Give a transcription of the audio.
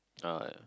ah yeah